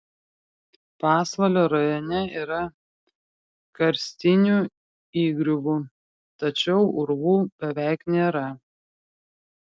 pasvalio rajone yra karstinių įgriuvų tačiau urvų beveik nėra